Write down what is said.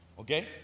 Okay